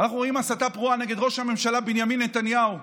אנחנו רואים הסתה פרועה נגד ראש הממשלה בנימין נתניהו,